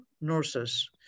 nurses